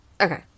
Okay